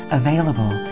available